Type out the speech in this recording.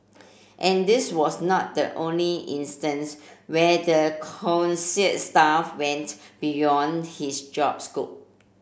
and this was not the only instance where the staff went beyond his job scope